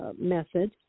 method